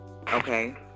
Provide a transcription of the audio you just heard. Okay